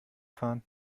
fahren